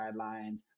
guidelines